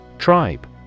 Tribe